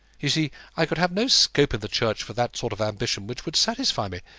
you see i could have no scope in the church for that sort of ambition which would satisfy me.